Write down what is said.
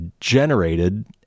generated